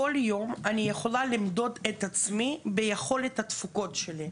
כל יום אני יכולה למדוד את עצמי לגבי יכולות התפוקה שלי.